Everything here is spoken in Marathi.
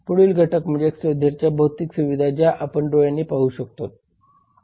पुढील घटक म्हणजे XYZ च्या भौतिक सुविधा ज्या आपण डोळ्यांनी पाहू शकतोत